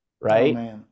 right